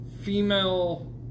female